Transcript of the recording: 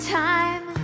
time